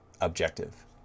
objective